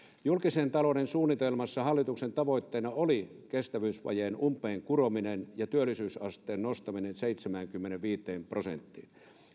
julkisen talouden suunnitelmassa hallituksen tavoitteena oli kestävyysvajeen umpeen kurominen ja työllisyysasteen nostaminen seitsemäänkymmeneenviiteen prosenttiin